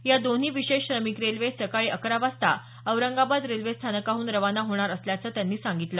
या दोन्ही विशेष श्रमिक रेल्वे सकाळी अकरा वाजता औरंगाबाद रेल्वेस्थानकाहन रवाना होणार असल्याचं त्यांनी सांगितलं